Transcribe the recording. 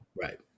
Right